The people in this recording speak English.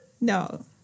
No